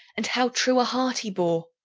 and how true a heart he bore.